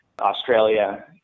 Australia